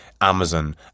Amazon